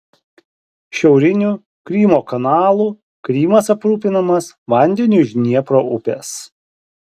šiauriniu krymo kanalu krymas aprūpinamas vandeniu iš dniepro upės